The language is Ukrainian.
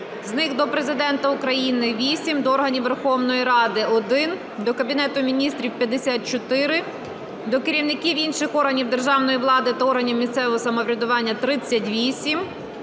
з них: до Президента України – 8, до органів Верховної Ради – 1, до Кабінету Міністрів – 54, до керівників інших органів державної влади та органів місцевого самоврядування – 38,